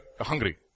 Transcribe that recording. hungry